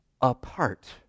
apart